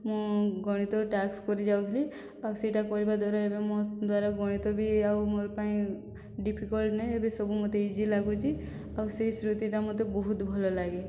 ମୁଁ ଗଣିତ ଟାସ୍କ କରି ଯାଉଥିଲି ଆଉ ସେଇଟା କରିବା ଦ୍ୱାରା ଏବେ ମୋ ଦ୍ୱାରା ଗଣିତ ବି ଆଉ ମୋର ପାଇଁ ଡିଫିକଲ୍ଟ ନାହିଁ ଏବେ ସବୁ ମତେ ଇଜି ଲାଗୁଛି ଆଉ ସେ ସ୍ମୃୃତିଟା ମୋତେ ବହୁତ ଭଲ ଲାଗେ